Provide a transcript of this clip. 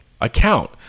account